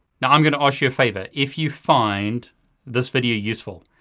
now, i'm gonna ask you a favor. if you find this video useful,